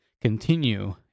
continue